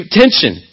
tension